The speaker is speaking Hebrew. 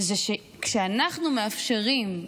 שכשאנחנו מאפשרים,